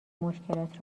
مشکلات